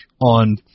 on